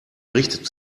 richtet